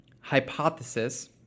hypothesis